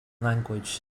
language